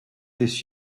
this